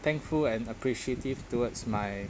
thankful and appreciative towards my